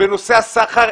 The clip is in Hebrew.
בנושא הסחר,